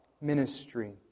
ministry